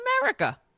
America